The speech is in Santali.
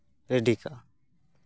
ᱨᱮᱰᱤ ᱠᱟᱜᱼᱟ